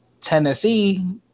Tennessee